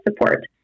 support